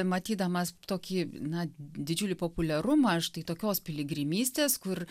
matydamas tokį na didžiulį populiarumą štai tokios piligrimystės kur